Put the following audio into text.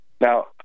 now